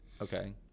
Okay